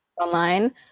online